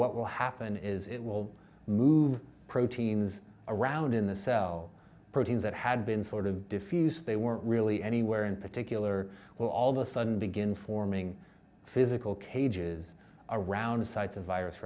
what will happen is it will move proteins around in the cell proteins that had been sort of diffuse they were really anywhere in particular will all the sudden begin forming physical cages around the sites of virus